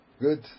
Good